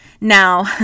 Now